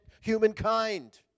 humankind